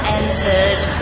entered